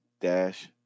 Dash